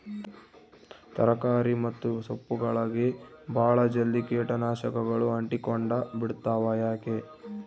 ತರಕಾರಿ ಮತ್ತು ಸೊಪ್ಪುಗಳಗೆ ಬಹಳ ಜಲ್ದಿ ಕೇಟ ನಾಶಕಗಳು ಅಂಟಿಕೊಂಡ ಬಿಡ್ತವಾ ಯಾಕೆ?